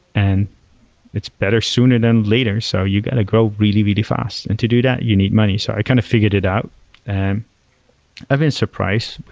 and it's better sooner than later. so you got to grow really, really fast. and to do that, you need money. so i kind of figured it out and i've been surprised